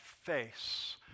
face